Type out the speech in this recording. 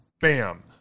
bam